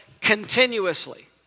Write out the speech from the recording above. continuously